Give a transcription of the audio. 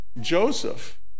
Joseph